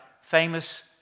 famous